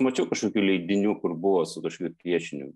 mačiau kažkokių leidinių kur buvo su kažkokiu piešiniu